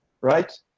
right